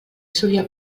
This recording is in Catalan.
solia